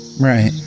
right